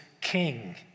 king